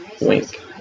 Wink